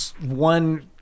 one